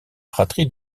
fratrie